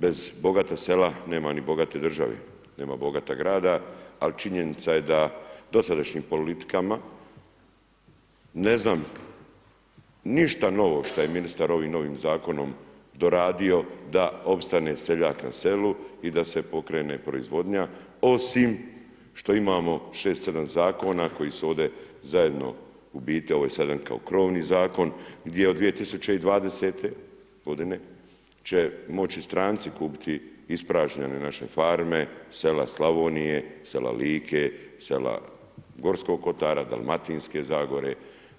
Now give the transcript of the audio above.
Bez bogatog sela nema ni bogate države, nema bogata grada ali činjenica je da dosadašnjim politikama, ne znam ništa novo šta je ministar ovim zakonom doradio da opstane seljak na selu i da se pokrene proizvodnja osim što imamo 6, 7 zakona koji su ovdje zajedno, u biti ovo je sada kao krovni zakon gdje od 2020. g. će moći stranci kupiti ispražnjene naše farme, sela Slavonije, sela Like, sela Gorskog kotara, Dalmatinske zagore